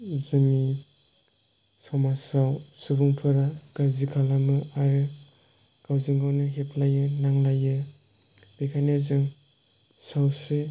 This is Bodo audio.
जोंनि समाजआव सुबुंफोरा गाज्रि खालामो आरो गावजों गावनो हेबलायो नांलायो बेनिखायनो जों सावस्रि